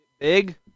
big